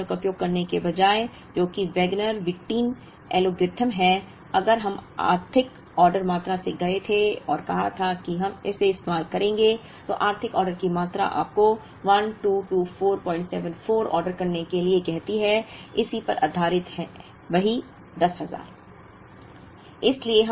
फिर इस मॉडल का उपयोग करने के बजाय जो कि वैगनर व्हिटिन एल्गोरिथ्म है अगर हम आर्थिक ऑर्डर मात्रा से गए थे और कहा था कि हम इसका इस्तेमाल करेंगे तो आर्थिक ऑर्डर की मात्रा आपको 122474 ऑर्डर करने के लिए कहती है इसी पर आधारित वही 10000